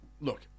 look